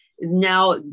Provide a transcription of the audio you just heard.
now